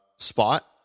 Spot